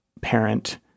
parent